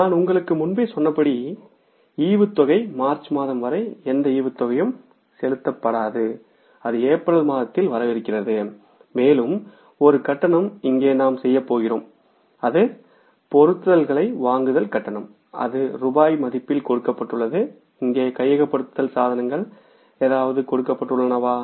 நான் உங்களுக்குச் முன்பே சொன்னபடி டிவிடெண்ட் மார்ச் மாதம் வரை எந்த டிவிடெண்ட் யும் செலுத்தப்படாது அது ஏப்ரல் மாதத்தில் வரவிருக்கிறது மேலும் ஒரு கட்டணம் இங்கே நாம் செய்யப் போகிறோம் அது பொருத்துதல்களை வாங்குதல் கட்டணம் அது ரூபாய் மதிப்பில் கொடுக்கப்பட்டுள்ளது இங்கே கையகப்படுத்தல் சாதனங்கள் ஏதாவது கொடுக்கப்பட்டுள்ளனவா